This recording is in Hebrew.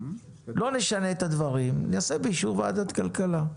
לא נשנה את הדברים, נעשה באישור ועדת כלכלה.